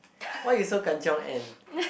why you so Kan-Chiong and